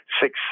six